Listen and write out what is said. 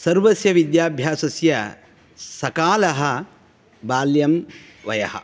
सर्वस्य विद्याभ्यासस्य सकालः बाल्यं वयः